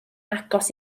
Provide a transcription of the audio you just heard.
agos